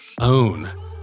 own